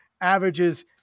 averages